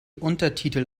untertitel